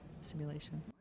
simulation